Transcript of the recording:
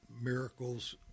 miracles